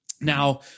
Now